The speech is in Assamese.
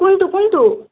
কোনটো কোনটো